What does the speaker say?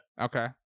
Okay